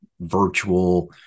virtual